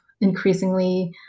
increasingly